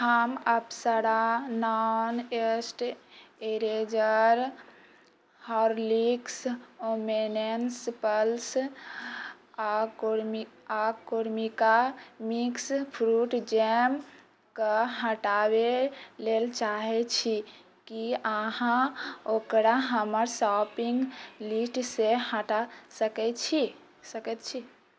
हम Apsara non dust eraser Horlicks women's plus आ क्रेमिका आ क्रेमिका मिक्स फ्रूट जैम के हटाबै लेल चाहैत छी की अहाँ ओकरा हमर शॉपिंग लिस्टसँ हटा सकैत छी सकैत छी